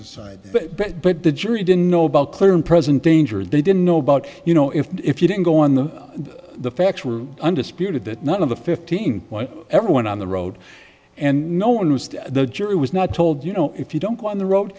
decide but but the jury didn't know about clear and present danger they didn't know about you know if you didn't go on the the facts were undisputed that none of the fifteen everyone on the road and no one was to the jury was not told you know if you don't go on the road